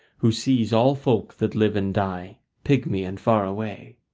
who sees all folk that live and die pigmy and far away.